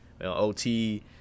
OT